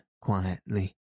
quietly